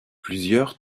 plusieurs